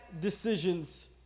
decisions